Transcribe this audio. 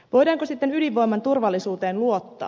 voidaanko sitten ydinvoiman turvallisuuteen luottaa